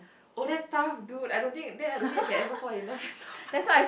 oh that's tough dude I don't think that I don't think I can ever fall in love with somebody